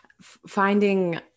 finding